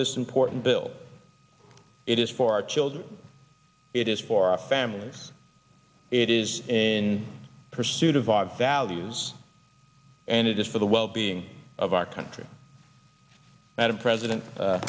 this important bill it is for our children it is for our families it is in pursuit of vive values and it is for the well being of our country and a president